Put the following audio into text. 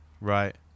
Right